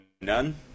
none